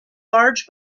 large